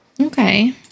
Okay